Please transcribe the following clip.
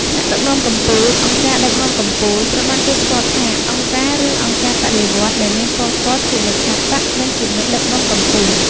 ថ្នាក់ដឹកនាំកំពូល អង្គការដឹកនាំកំពូលត្រូវបានគេស្គាល់ថា អង្គការ ឬ អង្គការបដិវត្តន៍ ដែលមាន ប៉ុល ពត ជាលេខាបក្ស និងជាមេដឹកនាំកំពូល។